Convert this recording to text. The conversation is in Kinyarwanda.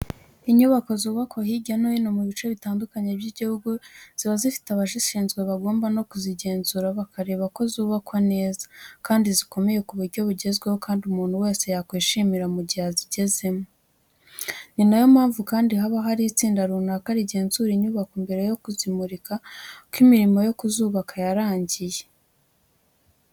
Inyubako zubakwa hirya no hino mu bice bitandukanye by'igihugu ziba zifite abazishinzwe bagomba no kuzigenzura bakareba ko zubakwa neza, kandi zikomeye ku buryo bugezweho kandi umuntu wese yakwishimira mu gihe azigezemo. Ni na yo mpamvu kandi haba hari itsinda runaka rigenzura inyubako mbere yo kuzimurika ko imirimo yo kuzubaka yarangiye.